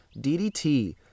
DDT